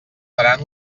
seran